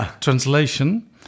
translation